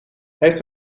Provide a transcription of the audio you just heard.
heeft